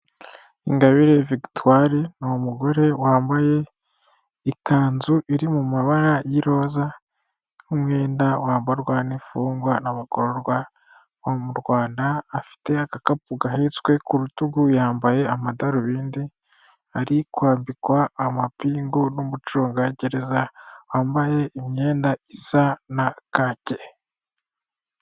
Ingabire Vikitware ni umugore wambaye ikanzu iri mu mabara y'iroza nk'umwenda wambarwa n'imfungwa n'abagororwa bo mu Rwanda afite agakapu gahetswe ku rutugu yambaye amadarubindi ari kwambikwa amapingu n'umucungagereza wambaye imyenda isa na kake.